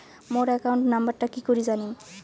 মোর account নাম্বারটা কি করি জানিম?